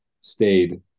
stayed